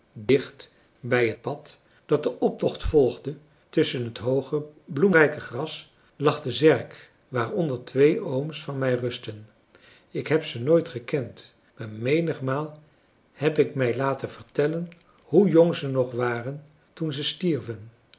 dicht bij het pad dat de optocht volgde tusschen het hooge bloemrijke gras lag de zerk waaronder twee ooms van mij rustten ik heb ze nooit gekend maar menigmaal heb ik mij lafrançois haverschmidt familie en kennissen ten vertellen hoe jong ze nog waren toen ze stierven